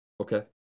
Okay